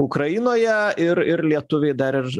ukrainoje ir ir lietuviai dar ir